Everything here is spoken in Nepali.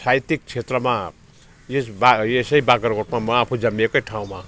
साहित्यिक क्षेत्रमा यस बा यसै बाग्राकोटमा म आफू जन्मिएकै ठाउँमा